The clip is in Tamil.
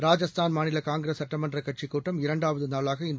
ராஜஸ்தான் மாநில காங்கிரஸ் சட்டமன்ற கட்சிக் கூட்டம் இரண்டாவது நாளாக இன்று